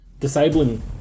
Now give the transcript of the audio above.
Disabling